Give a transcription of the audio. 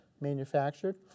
manufactured